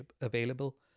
available